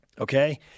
Okay